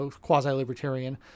quasi-libertarian